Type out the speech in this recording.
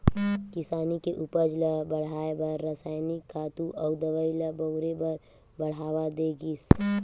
किसानी के उपज ल बड़हाए बर रसायनिक खातू अउ दवई ल बउरे बर बड़हावा दे गिस